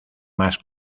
más